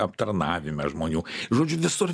aptarnavime žmonių žodžiu visur